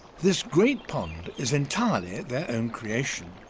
this great pond is entirely their own creation.